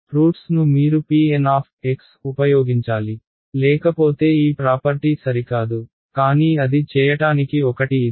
roots ను మీరు pN ఉపయోగించాలి లేకపోతే ఈ ప్రాపర్టీ సరికాదు కానీ అది చేయటానికి ఒకటి ఇది